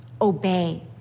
Obey